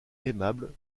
aimable